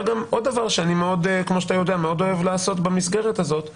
עוד דבר שאני מאוד אוהב לעשות במסגרת הזאת הוא